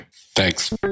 Thanks